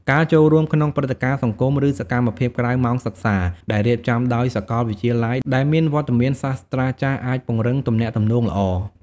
ការចូលរួមក្នុងព្រឹត្តិការណ៍សង្គម ឬសកម្មភាពក្រៅម៉ោងសិក្សាដែលរៀបចំដោយសាកលវិទ្យាល័យ ដែលមានវត្តមានសាស្រ្តាចារ្យ អាចពង្រឹងទំនាក់ទំនងល្អ។